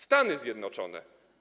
Stany Zjednoczone.